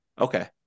Okay